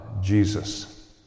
Jesus